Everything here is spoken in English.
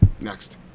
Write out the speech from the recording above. next